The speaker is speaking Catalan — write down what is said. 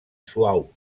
suau